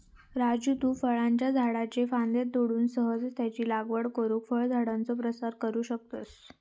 राजू तु फळांच्या झाडाच्ये फांद्ये तोडून सहजच त्यांची लागवड करुन फळझाडांचो प्रसार करू शकतस